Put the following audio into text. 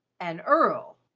an earl,